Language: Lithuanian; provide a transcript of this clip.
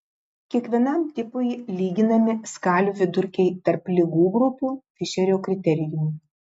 kiekvienam tipui lyginami skalių vidurkiai tarp ligų grupių fišerio kriterijumi